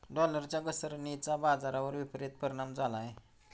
डॉलरच्या घसरणीचा बाजारावर विपरीत परिणाम झाला आहे